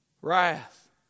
Wrath